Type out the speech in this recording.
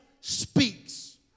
speaks